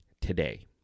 today